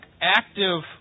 active